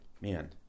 man